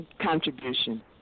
contribution